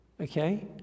Okay